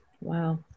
Wow